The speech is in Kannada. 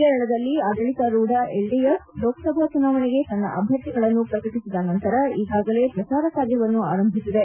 ಕೇರಳದಲ್ಲಿ ಆಡಳಿತಾರೂಢ ಎಲ್ಡಿಎಫ್ ಲೋಕಸಭಾ ಚುನಾವಣೆಗೆ ತನ್ನ ಅಭ್ಯರ್ಥಿಗಳನ್ನು ಪ್ರಕಟಿಸಿದ ನಂತರ ಈಗಾಗಲೇ ಪ್ರಜಾರ ಕಾರ್ಯವನ್ನು ಆರಂಭಿಸಿದೆ